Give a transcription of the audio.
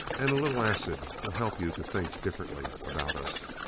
and a little acid will help you to think differently about us.